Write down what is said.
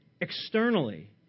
externally